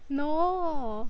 no